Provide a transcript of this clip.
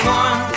one